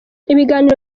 ibiganiro